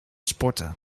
sporten